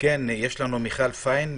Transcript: מיכל פיין,